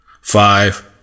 Five